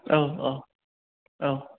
औ औ औ